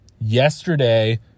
yesterday